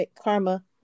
Karma